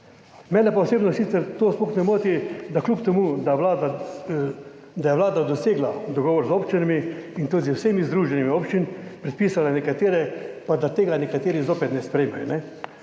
Mene pa osebno sicer to sploh ne moti, da kljub temu, da je vlada dosegla dogovor z občinami in tudi z vsemi združenji občin predpisala nekatere, pa da tega nekateri zopet ne sprejmejo.